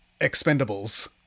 expendables